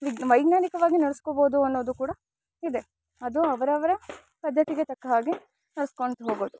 ವಿದ್ ವೈಜ್ಞಾನಿಕವಾಗಿ ನಡೆಸ್ಕೊಬೋದು ಅನ್ನೋದು ಕೂಡ ಇದೆ ಅದು ಅವ್ರವರ ಪದ್ದತಿಗೆ ತಕ್ಕ ಹಾಗೆ ನಡ್ಸ್ಕೊಂತ ಹೋಗೋದು